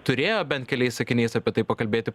turėjo bent keliais sakiniais apie tai pakalbėti